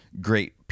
great